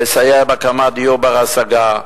לסייע בהקמת דיור בר-השגה,